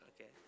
Okay